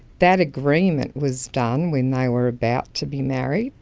that agreement was done when they were about to be married.